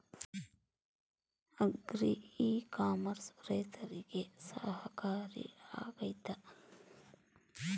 Agri e commerce ರೈತರಿಗೆ ಸಹಕಾರಿ ಆಗ್ತೈತಾ?